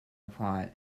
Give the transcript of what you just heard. plot